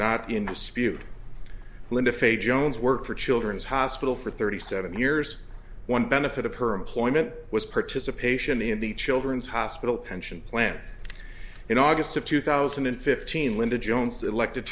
not in dispute linda faith jones worked for children's hospital for thirty seven years one benefit of her employment was participation in the children's hospital pension plan in august of two thousand and fifteen linda jones elected